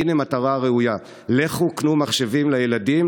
הינה מטרה ראויה: לכו קנו מחשבים לילדים